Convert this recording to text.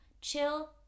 chill